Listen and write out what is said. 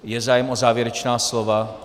Je zájem o závěrečná slova?